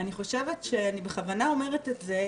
אני בכוונה אומרת את זה,